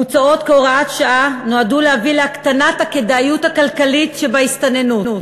מוצעות כהוראת שעה ונועדו להביא להקטנת הכדאיות הכלכלית שבהסתננות,